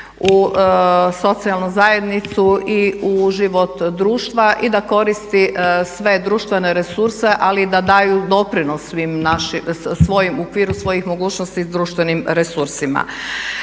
u socijalnu zajednicu i u život društva i da koristi sve društvene resurse ali i da daju doprinos svim našim, u okviru svojih mogućnosti društvenim resursima.